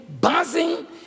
buzzing